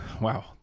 wow